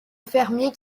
fermier